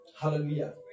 Hallelujah